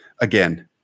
again